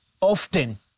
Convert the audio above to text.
often